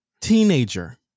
teenager